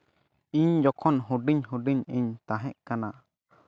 ᱤᱧ ᱡᱚᱠᱷᱚᱱ ᱦᱩᱰᱤᱧ ᱦᱩᱰᱤᱧ ᱤᱧ ᱛᱟᱦᱮᱸᱫ ᱠᱟᱱᱟ